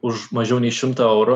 už mažiau nei šimtą eurų